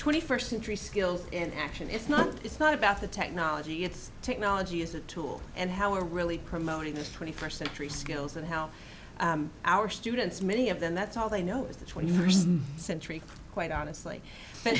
twenty first century skills in action it's not it's not about the technology it's technology as a tool and how we're really promoting the twenty first century skills and how our students many of them that's all they know is the twenty first century quite honestly